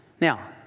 Now